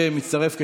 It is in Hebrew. שמצטרף כתומך.